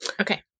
Okay